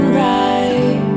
right